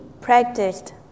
practiced